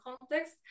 context